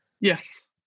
Yes